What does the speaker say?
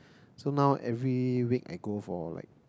so now every week I go for like